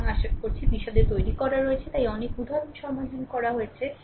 সুতরাং আশা বিশদ তৈরি করা হয়েছে তাই অনেক উদাহরণ সমাধান করা হয়েছে